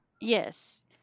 Yes